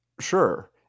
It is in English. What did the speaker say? Sure